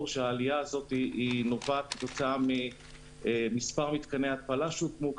שזה נובע מהקמת מספר מתקני התפלה שהוקמו.